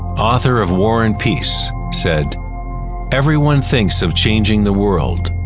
author of war and peace, said everyone thinks of changing the world,